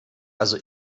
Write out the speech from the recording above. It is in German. also